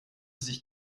sich